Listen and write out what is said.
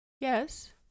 Yes